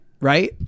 right